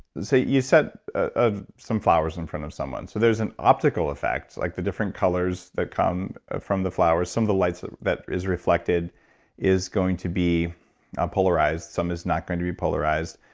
so you set ah some flowers in front of someone, so there's an optical effect. like the different colors that come from the flowers, some of the light so that is reflected is going to be polarized. some is not going to be polarized.